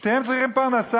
שתיהן צריכות פרנסה,